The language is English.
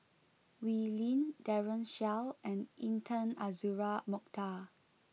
Wee Lin Daren Shiau and Intan Azura Mokhtar